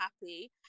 happy